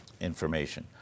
information